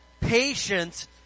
patience